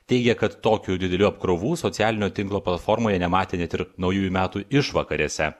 teigia kad tokių didelių apkrovų socialinio tinklo platformoje nematė net ir naujųjų metų išvakarėse